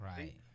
Right